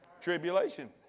Tribulation